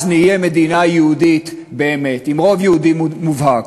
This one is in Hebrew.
אז נהיה מדינה יהודית באמת עם רוב יהודי מובהק.